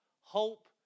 hope